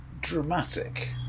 Dramatic